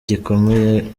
gikomeye